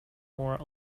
more